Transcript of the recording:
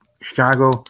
Chicago